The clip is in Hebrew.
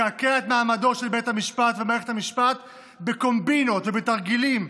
לקעקע את מעמדו של בית המשפט ומערכת המשפט בקומבינות ובתרגילים.